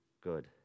good